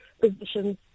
positions